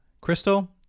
Crystal